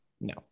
No